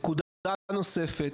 נקודה נוספת,